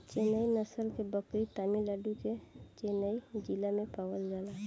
चेन्नई नस्ल के बकरी तमिलनाडु के चेन्नई जिला में पावल जाला